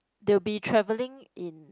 they'll be traveling in